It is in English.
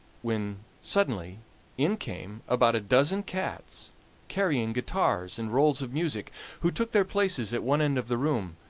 when suddenly in came about a dozen cats carrying guitars and rolls of music, who took their places at one end of the room,